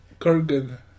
Kurgan